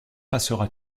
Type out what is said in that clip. passera